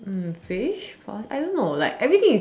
a fish found I don't know like everything is